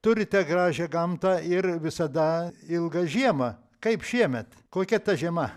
turite gražią gamtą ir visada ilgą žiemą kaip šiemet kokia ta žiema